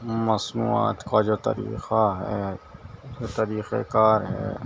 مصنوعات کا جو طریقہ ہے جو طریقہ کار ہے